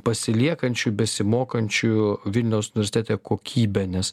pasiliekančių besimokančiųjų vilniaus universitete kokybę nes